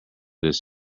this